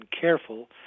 careful